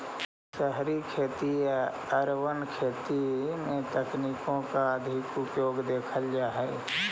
शहरी खेती या अर्बन खेती में तकनीकों का अधिक उपयोग देखल जा हई